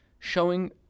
Showing